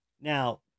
Now